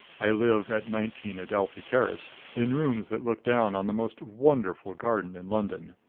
i live at nineteen adelphi terrace in rooms that look down on the most wonderful garden in london.